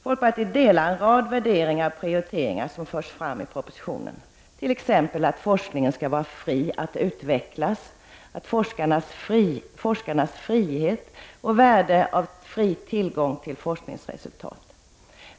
Folkpartiet delar en rad värderingar och prioriteringar som förs fram i propositionen, t.ex. att forskning skall vara fri att utvecklas, forskarnas frihet och värdet av fri tillgång till forskningsresultat.